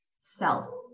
self